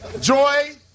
Joy